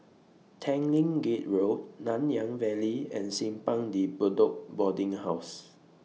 Tanglin Gate Road Nanyang Valley and Simpang De Bedok Boarding House